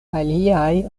aliaj